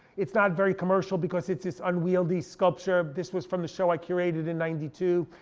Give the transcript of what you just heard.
it's not very commercial because it's this unwieldy sculpture. this was from the show i curated in ninety two.